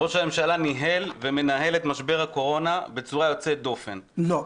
ראש הממשלה ניהל ומנהל את משבר הקורונה בצורה יוצאת דופן -- לא.